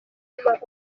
amahoro